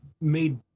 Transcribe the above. made